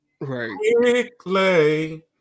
Right